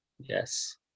yes